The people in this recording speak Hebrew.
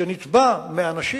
שנתבע מאנשים